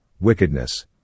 wickedness